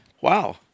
Wow